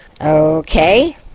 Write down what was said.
Okay